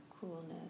coolness